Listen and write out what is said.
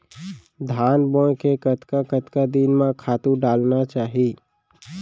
धान बोए के कतका कतका दिन म खातू डालना चाही?